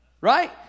Right